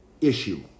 issue